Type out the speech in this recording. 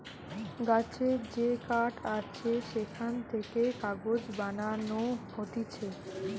গাছের যে কাঠ আছে সেখান থেকে কাগজ বানানো হতিছে